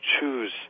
choose